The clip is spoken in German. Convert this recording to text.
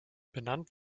benannt